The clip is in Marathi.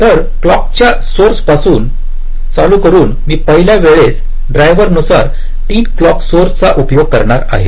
तर क्लॉक च्या सोर्स पासून चालू करून मी पहिल्या वेळेस ड्रायव्हर नुसार 3 क्लॉक सोर्स चा उपयोग करणार आहे